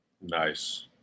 Nice